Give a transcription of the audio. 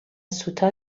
سوتا